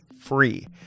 free